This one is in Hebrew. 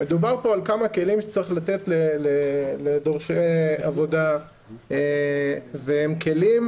מדובר פה על כמה כלים שצריך לתת לדורשי עבודה והם כלים